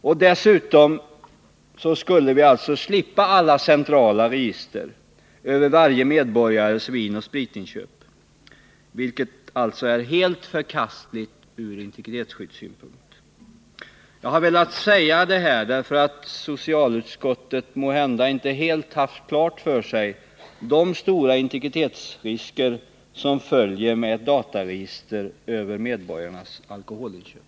Vi skulle på det sättet slippa alla centrala register över medborgarnas vinoch spritinköp, vilka är helt förkastliga ur integritetsskyddssynpunkt. Jag har velat säga detta eftersom socialutskottet måhända inte helt haft klart för sig vilka stora risker för integritetsskyddet som följer med ett dataregister över medborgarnas alkoholinköp.